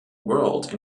world